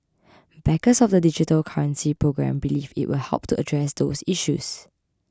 backers of the digital currency programme believe it will help address those issues